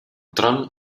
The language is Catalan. tron